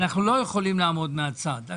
אנחנו לא יכולים לעמוד מן הצד.